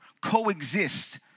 Coexist